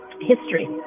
history